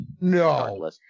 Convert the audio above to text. no